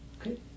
Okay